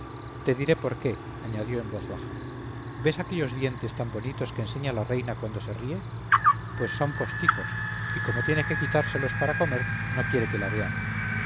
te diré por qué añadió en voz baja ves aquellos dientes tan bonitos que enseña la reina cuando se ríe pues son postizos y como tiene que quitárselos para comer no quiere que la vean